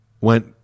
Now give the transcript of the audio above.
went